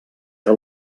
que